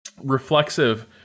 reflexive